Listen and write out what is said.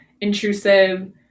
intrusive